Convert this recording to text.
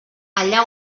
allà